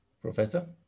Professor